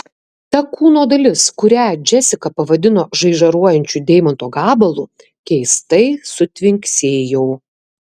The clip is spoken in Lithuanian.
ta kūno dalis kurią džesika pavadino žaižaruojančiu deimanto gabalu keistai sutvinksėjo